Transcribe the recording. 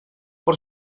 por